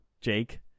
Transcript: Jake